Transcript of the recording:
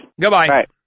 Goodbye